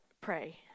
pray